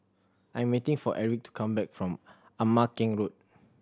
I'm meeting for Erik to come back from Ama Keng Road